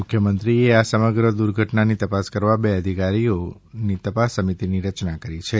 મુખ્યમંત્રીએ આ સમગ્ર દુર્ઘટનાની તપાસ કરવા બે અધિકારીઓ તપાસ સમિતીની રચના કરી છે